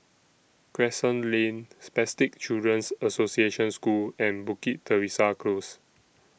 Crescent Lane Spastic Children's Association School and Bukit Teresa Close